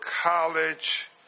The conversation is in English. college